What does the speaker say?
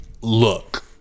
look